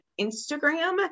Instagram